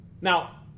Now